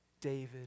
David